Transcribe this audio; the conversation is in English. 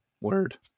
word